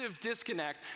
disconnect